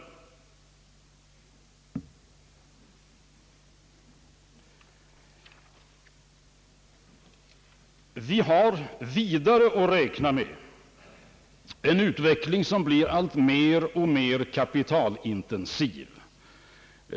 Vidare har vi att räkna med en utveckling som blir alltmer kapitalintensiv.